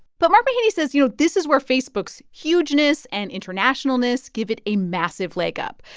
but mark mahaney says, you know, this is where facebook's hugeness and internationalness give it a massive leg up.